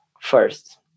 first